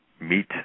meet